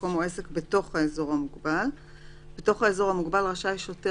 מקום או עסק בתוךהאזור המוגבל 4א. בתוך האזור המוגבל רשאי שוטר,